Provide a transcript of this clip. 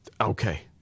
Okay